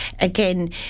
again